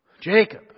Jacob